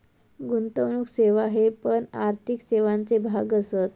गुंतवणुक सेवा हे पण आर्थिक सेवांचे भाग असत